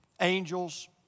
angels